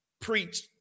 preach